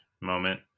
moment